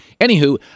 Anywho